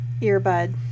earbud